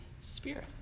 Spirit